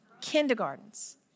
Kindergartens